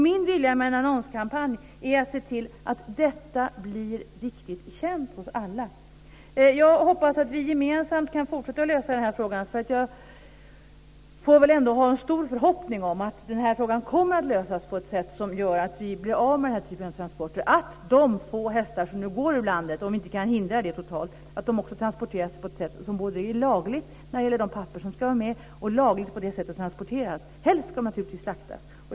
Min vilja med en annonskampanj är att se till att detta blir riktigt känt hos alla. Jag hoppas att vi gemensamt kan fortsätta att lösa den här frågan. Jag får väl ändå ha en stor förhoppning om att den här frågan kommer att lösas på ett sätt som gör att vi blir av med den här typen av transporter. Jag hoppas att de få hästar som nu går ur landet - om vi inte kan hindra det totalt - transporteras på ett sätt som är lagligt när det gäller både de papper som ska vara med och det sätt de transporteras på. Helst ska de naturligtvis slaktas.